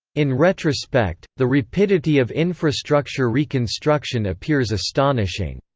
in retrospect, the rapidity of infrastructure reconstruction appears astonishing.